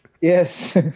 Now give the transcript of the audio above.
Yes